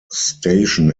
station